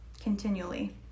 continually